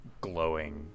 glowing